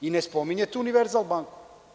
Ne spominjete „Univerzal banku“